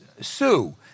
Sue